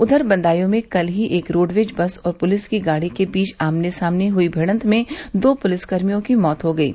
उधर बदायू में कल ही एक रोडवेज बस और पुलिस की गाड़ी के बीच आमने सामने हुई मिड़त में दो पुलिस कर्मियों की मौत हो गयी